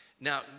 now